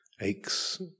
aches